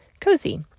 cozy